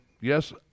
yes